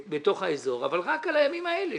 האזור אבל רק על הימים האלה.